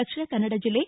ದಕ್ಷಿಣ ಕನ್ನಡ ಜಿಲ್ಲೆ